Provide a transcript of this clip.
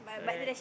correct